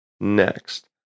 Next